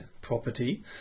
property